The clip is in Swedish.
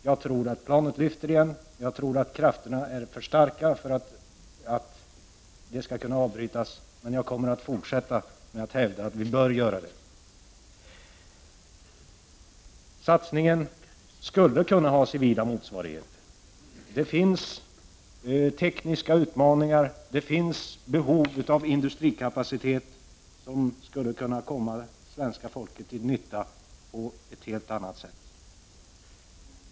Jag tror, som sagt, att krafterna bakom projektet är för starka för att projektet skall kunna avbrytas, men jag kommer att fortsätta att hävda att vi bör avbryta det hela. Satsningen skulle kunna ha civila motsvarigheter. Det finns tekniska utmaningar, det finns ett behov av industrikapacitet, och detta skulle kunna komma svenska folket till nytta på ett helt annat sätt.